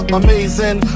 amazing